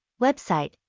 Website